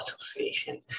Association